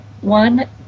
one